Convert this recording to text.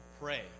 pray